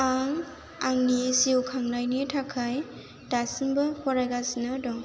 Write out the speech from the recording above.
आं आंनि जिउ खांनायनि थाखाय दासिमबो फरायगासिनो दं